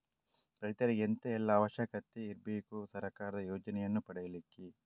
ರೈತರಿಗೆ ಎಂತ ಎಲ್ಲಾ ಅವಶ್ಯಕತೆ ಇರ್ಬೇಕು ಸರ್ಕಾರದ ಯೋಜನೆಯನ್ನು ಪಡೆಲಿಕ್ಕೆ?